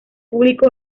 público